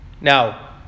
Now